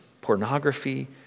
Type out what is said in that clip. pornography